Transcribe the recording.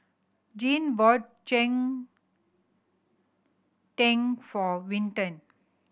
Jean bought cheng tng for Vinton